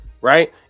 Right